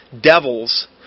devils